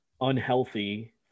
unhealthy